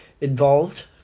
involved